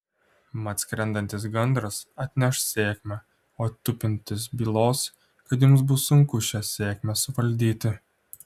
mat skrendantis gandras atneš sėkmę o tupintis bylos kad jums bus sunku šią sėkmę suvaldyti